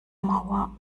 mauer